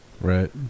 right